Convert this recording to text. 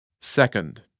second